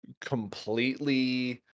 completely